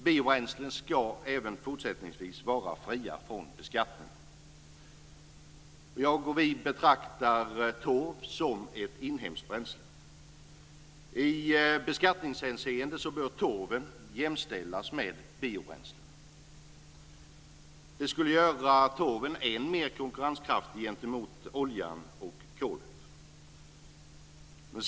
Biobränslen ska även fortsättningsvis vara fria från beskattning. Vi betraktar torv som ett inhemskt bränsle. I beskattningshänseende bör torven jämställas med biobränslen. Det skulle göra torven än mer konkurrenskraftig gentemot oljan och kolet.